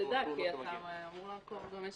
אתה אמור לעקוב.